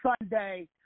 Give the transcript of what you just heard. Sunday